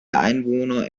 einwohner